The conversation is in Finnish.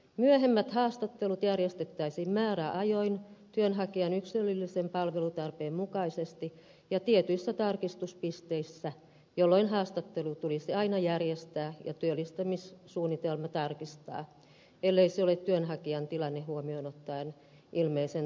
myöhemmät haastattelut järjestettäisiin määräajoin työnhakijan yksilöllisen palvelutarpeen mukaisesti ja tietyissä tarkistuspisteissä jolloin haastattelu tulisi aina järjestää ja työllistämissuunnitelma tarkistaa ellei se ole työnhakijan tilanne huomioon ottaen ilmeisen tarpeetonta